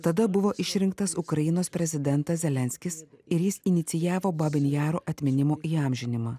tada buvo išrinktas ukrainos prezidentas zelenskis ir jis inicijavo babinjero atminimo įamžinimą